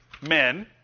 men